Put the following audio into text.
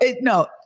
no